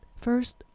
First